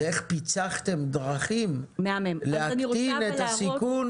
זה איך פיצחתם דרכים להקטין את הסיכון